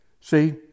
See